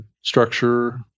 structure